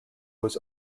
was